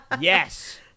Yes